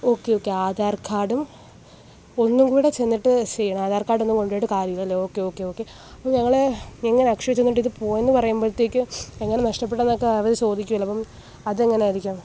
okay okay Aadhaar കാർഡും ഒന്നുകൂടി ചെന്നിട്ട് ചെയ്യണോ ആധാർ കാർഡൊന്നും കൊണ്ടുപോയിട്ട് കാര്യമിലല്ലെ ഓക്കെ ഓക്കെ ഓക്കെ അപ്പോൾ ഞങ്ങൾ എങ്ങനാ അക്ഷയയിൽ ചെന്നിട്ട് ഇത് പോയെന്നു പറയുമ്പോഴത്തേക്ക് എങ്ങനെ നഷ്ടപ്പെട്ടെന്നൊക്കെ അവർ ചോദിക്കുമല്ലോ അപ്പം അതെങ്ങനെയായിരിക്കും